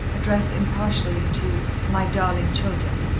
addressed impartially to my darling children,